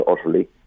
utterly